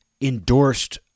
endorsed